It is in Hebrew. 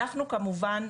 אנחנו כמובן,